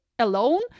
alone